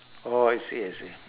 orh I see I see